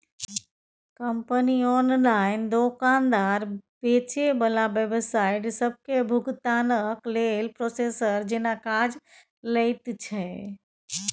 company online दोकानदार, बेचे बला वेबसाइट सबके भुगतानक लेल प्रोसेसर जेना काज लैत छै